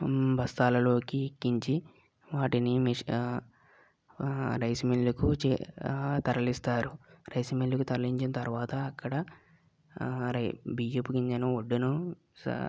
బస్తాలలోకి ఎక్కించి వాటిని రైస్ మిల్లుకు తరలిస్తారు రైస్ మిల్లుకి తరలించిన తరువాత అక్కడ ఆ బియ్యపు గింజను వడ్లను సా